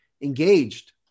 engaged